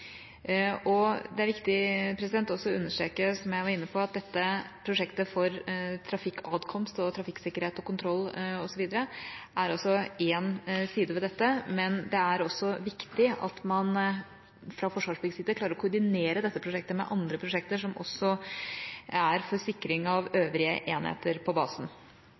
Det er viktig også å understreke, som jeg var inne på, at dette prosjektet for trafikkatkomst, trafikksikkerhet, kontroll osv. er én side ved dette. Man må også fra Forsvarsbyggs side klare å koordinere dette prosjektet med prosjekter for sikring av øvrige enheter på basen.